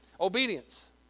Obedience